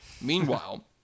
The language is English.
Meanwhile